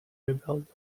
rebelled